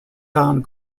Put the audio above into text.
found